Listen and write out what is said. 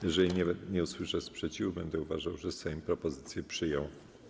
Jeżeli nie usłyszę sprzeciwu, będę uważał, że Sejm propozycje przyjął.